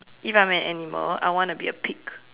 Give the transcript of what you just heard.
if I am an animal I want to be a pig